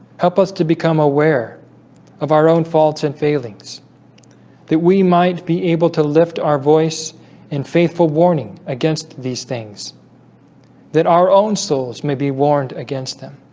help us to become aware of our own faults and failings that we might be able to lift our voice and faithful warning against these things that our own souls may be warned against them